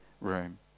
room